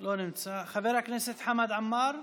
לא נמצא, חבר הכנסת חמד עמאר,